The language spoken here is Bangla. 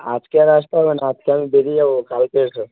আজকে আর আসতে হবে না আজকে আমি বেরিয়ে যাব কালকে এস